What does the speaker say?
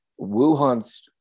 Wuhan's